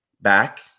Back